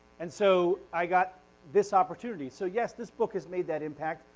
and so i got this opportunity so yes this book has made that impact.